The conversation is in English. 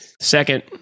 Second